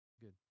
Good